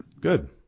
Good